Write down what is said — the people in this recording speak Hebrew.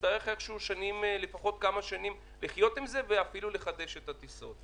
נצטרך לפחות כמה שנים לחיות עם זה ואפילו לחדש את הטיסות.